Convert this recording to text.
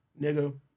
nigga